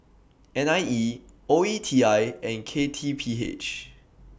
N I E O E T I and K T P H